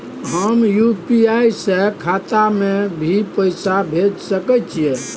हम यु.पी.आई से खाता में भी पैसा भेज सके छियै?